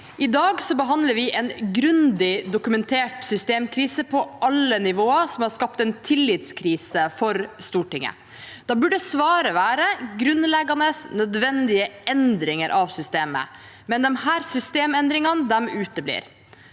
I dag behandler vi en grundig dokumentert systemkrise på alle nivåer, som har skapt en tillitskrise for Stortinget. Da burde svaret være grunnleggende og nødvendige endringer av systemet, men disse systemendringene uteblir.